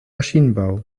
maschinenbau